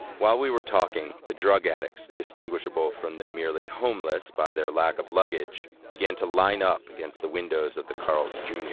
while we were talking, the drug addicts distinguishable from the merely homeless by their lack of luggage, began to line up against the windows of the carl's jr